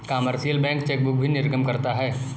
commercial bank chequebook भी निर्गम करता है